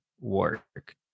work